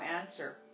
answer